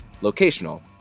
locational